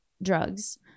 drugs